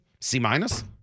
C-minus